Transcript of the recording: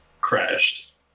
crashed